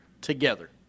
together